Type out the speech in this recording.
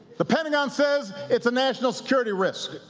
the pentagon says it's a national security risk.